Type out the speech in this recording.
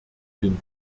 den